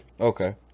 Okay